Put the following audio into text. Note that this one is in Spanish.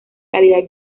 calidad